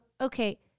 Okay